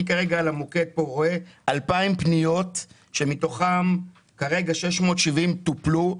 אני כרגע על המוקד פה רואה 2,000 פניות שמתוכן כרגע 670 טופלו.